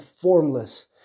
formless